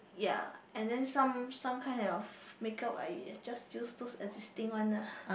ya and then some some kinds of makeup I just use to existing one lah